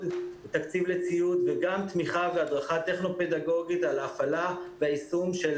ותקציב לציוד וגם תמיכה והדרכה טכנו-פדגוגית על ההפעלה והיישום של